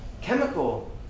chemical